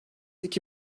iki